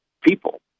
People